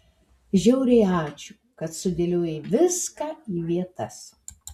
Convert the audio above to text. žiauriai ačiū kad sudėliojai viską į vietas